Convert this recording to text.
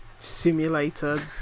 simulator